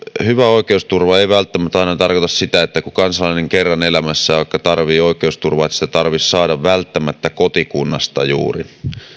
hyvä oikeusturva ei välttämättä aina tarkoita sitä että kun kansalainen vaikka kerran elämässään tarvitsee oikeusturvaa sitä tarvitsisi saada välttämättä juuri kotikunnasta